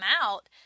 out